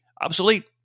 obsolete